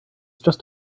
just